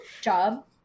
job